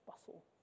bustle